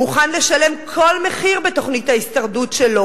מוכן לשלם כל מחיר בתוכנית ההישרדות שלו